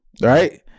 Right